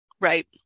Right